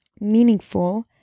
meaningful